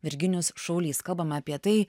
virginijus šaulys kalbama apie tai